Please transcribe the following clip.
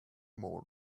more